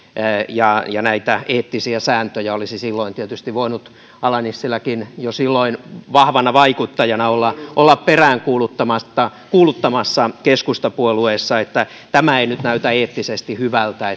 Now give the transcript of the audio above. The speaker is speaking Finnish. näitä eettisiä sääntöjä olisi tietysti voinut ala nissiläkin jo silloin vahvana vaikuttajana olla olla peräänkuuluttamassa keskustapuolueessa että tämä ei nyt näytä eettisesti hyvältä